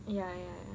ya ya